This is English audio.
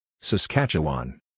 Saskatchewan